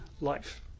life